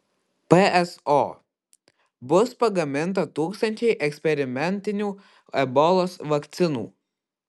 pso bus pagaminta tūkstančiai eksperimentinių ebolos vakcinų